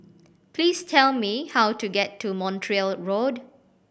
please tell me how to get to Montreal Road